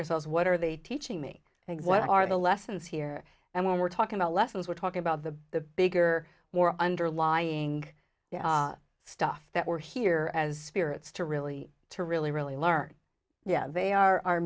ourselves what are they teaching me things what are the lessons here and when we're talking about lessons we're talking about the the bigger more underlying stuff that we're here as spirits to really to really really learn yeah they are